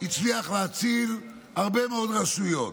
להציל הרבה מאוד רשויות,